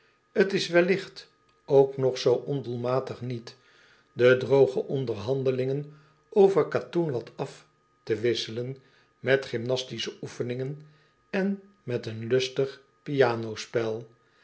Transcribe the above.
t s welligt ook nog zoo ondoelmatig niet de drooge onderhandelingen over katoen wat aftewisselen met gymnastische oefeningen en met een lustig pianospel